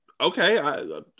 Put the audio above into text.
Okay